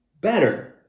better